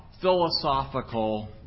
philosophical